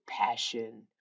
passion